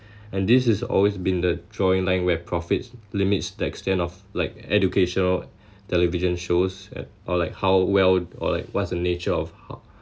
and this is always been the drawing line where profits limits the extent of like educational television shows or like how well or like what's the nature of how